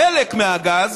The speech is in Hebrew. חלק מהגז,